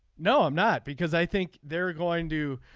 no i'm not because i think they're going to.